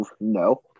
No